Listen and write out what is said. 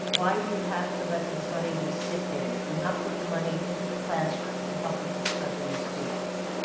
why you have to let this money and just sit there and not put the money into the classroom to help with these struggling students?